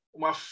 uma